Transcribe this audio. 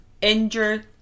injured